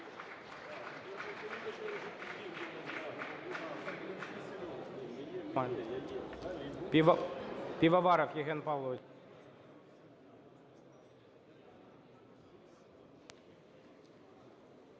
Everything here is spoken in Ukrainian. Пивоваров Євген Павлович.